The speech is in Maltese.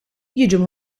jiġu